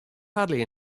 hardly